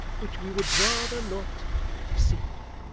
which we would rather not see.